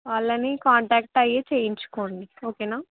వాళ్ళని కాంటాక్ట్ అయ్యి చేయించుకోండి ఓకేనా